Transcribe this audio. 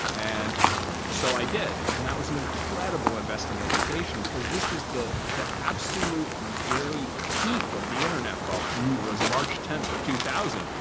and so i did. and that was an incredible investing education, because this was the the absolute very peak of the internet bubble was march tenth of two thousand.